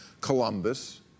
Columbus